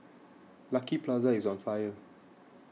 Lucky Plaza is on fire